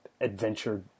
adventure